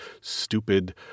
stupid